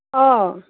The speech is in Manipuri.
ꯑꯥ